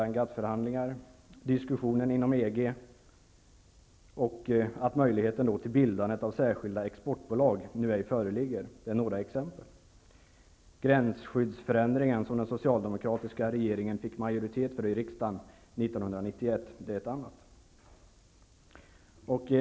EG förhandlingar, diskussionen inom EG och avsaknaden av möjligheten till bildandet av särskilda exportbolag, som ej längre föreligger, är några exempel. Gränsskyddsförändringen som den socialdemokratiska regeringen fick majoritet för i riksdagen år 1991 är ett annat exempel.